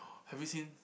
have you seen